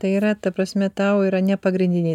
tai yra ta prasme tau yra nepagrindiniai